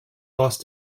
lost